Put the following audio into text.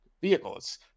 vehicles